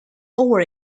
over